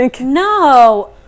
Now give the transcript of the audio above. no